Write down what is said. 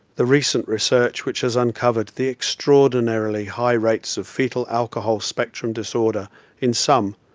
the recent research which has uncovered the extraordinarily high rates of fetal alcohol spectrum disorder in some,